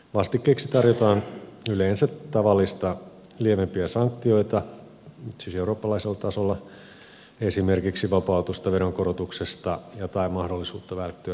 vastikkeeksi tarjotaan yleensä tavallista lievempiä sanktioita siis eurooppalaisella tasolla esimerkiksi vapautusta veronkorotuksesta tai mahdollisuutta välttyä rikossyytteiltä